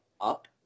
up